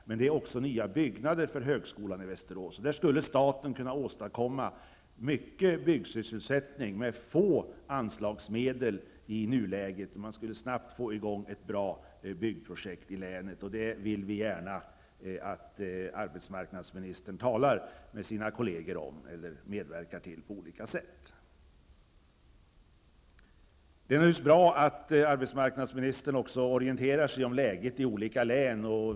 Men det behövs också nya byggnader för högskolan i Västerås. Staten skulle här kunna åstadkomma mycket byggsysselsättning med begränsade anslagsmedel. Man skulle snabbt kunna få i gång ett bra byggprojekt i länet. Det vill vi gärna att arbetsmarknadsministern talar med sina kolleger om eller medverkar till på annat sätt. Det är naturligtvis också bra att arbetsmarknadsministern orienterar sig om läget i olika län.